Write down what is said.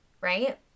right